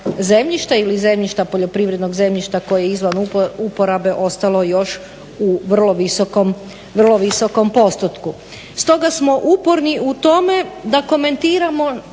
poljoprivrednog zemljišta koje je izvan uporabe ostalo još u vrlo visokom postotku. Stoga smo uporni u tome da komentiramo